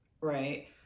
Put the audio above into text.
right